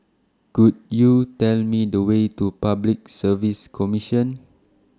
Could YOU Tell Me The Way to Public Service Commission